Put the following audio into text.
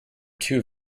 two